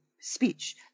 speech